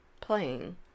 playing